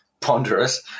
ponderous